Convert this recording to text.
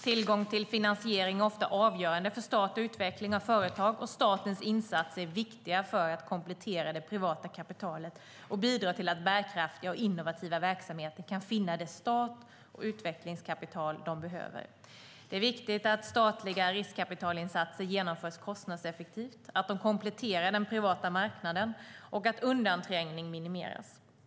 Tillgång till finansiering är ofta avgörande för start och utveckling av företag, och statens insatser är viktiga för att komplettera det privata kapitalet och bidra till att bärkraftiga och innovativa verksamheter kan finna det start och utvecklingskapital de behöver. Det är viktigt att statliga riskkapitalinsatser genomförs kostnadseffektivt, att de kompletterar den privata marknaden och att undanträngning minimeras.